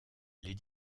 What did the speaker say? les